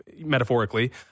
metaphorically